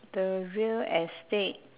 the real estate